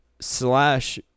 slash